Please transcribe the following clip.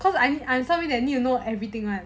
because I'm I'm someone that need to know everything [one]